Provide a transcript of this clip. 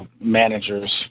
managers